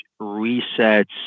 resets